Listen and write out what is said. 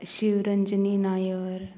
Shivaranjani Nair